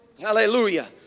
Hallelujah